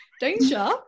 danger